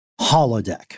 holodeck